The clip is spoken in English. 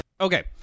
Okay